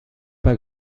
pas